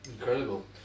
Incredible